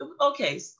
Okay